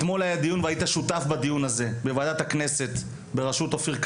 אתמול היה דיון והיית שותף בדיון הזה בוועדת הכנסת ברשות אופיר כץ,